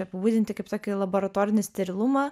apibūdinti kaip tokį laboratorinį sterilumą